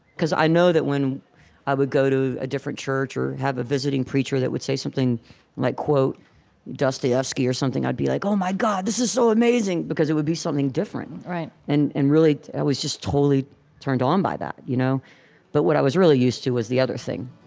because i know that when i would go to a different church or have a visiting preacher that would say something like, quote dostoevsky or something something i'd be like, oh my god, this is so amazing, because it would be something different. and and really i was just totally turned on by that. you know but what i was really used to was the other thing,